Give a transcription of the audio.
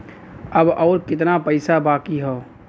अब अउर कितना पईसा बाकी हव?